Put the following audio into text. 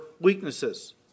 weaknesses